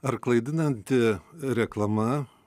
ar klaidinanti reklama